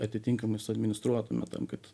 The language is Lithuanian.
atitinkamai suadministruotume tam kad